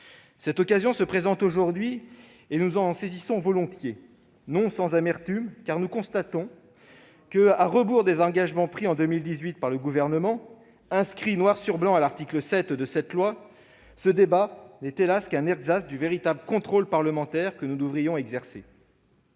donne l'occasion de nous exprimer : nous la saisissons volontiers, non sans amertume, car nous constatons qu'à rebours des engagements pris en 2018 par le Gouvernement, inscrits noir sur blanc à l'article 7 de cette loi, ce débat n'est, hélas ! qu'un ersatz du véritable contrôle parlementaire que nous devrions exercer.